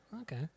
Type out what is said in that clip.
Okay